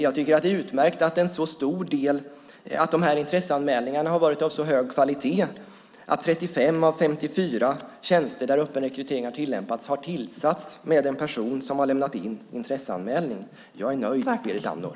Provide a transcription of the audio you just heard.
Jag tycker att det är utmärkt att de här intresseanmälningarna har varit av så hög kvalitet att 35 av 54 tjänster där öppen rekrytering har tillämpats har tillsatts med en person som har lämnat in en intresseanmälan. Jag är nöjd, Berit Andnor.